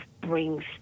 brings